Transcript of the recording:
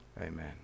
amen